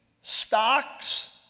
stocks